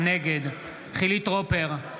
נגד חילי טרופר,